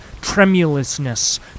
tremulousness